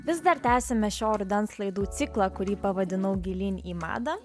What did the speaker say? vis dar tęsiame šio rudens laidų ciklą kurį pavadinau gilyn į madą